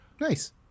Nice